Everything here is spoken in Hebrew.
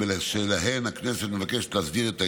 שבשלהן הכנסת מבקשת להסדיר את העניין.